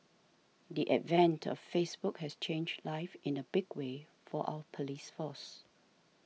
the advent of Facebook has changed life in a big way for our police force